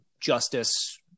justice